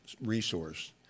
resource